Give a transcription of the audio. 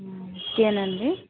okay అండి